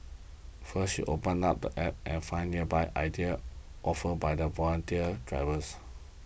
first you open up the app and find nearby ideas offered by the volunteer drivers